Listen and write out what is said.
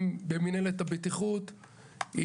אם במינהלת הבטיחות,